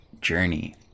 journey